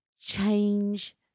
change